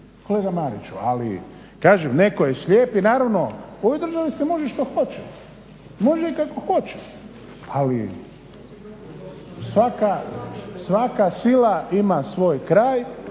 kolega Mariću. Ali kažem netko je slijep i naravno u ovoj državi se može što hoće, može i kako hoće. Ali svaka sila ima svoj kraj